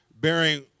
bearing